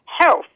health